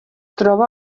troba